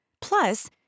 Plus